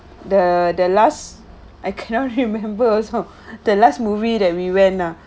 the the last I cannot remember also the last movie that we went ah